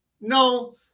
no